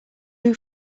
who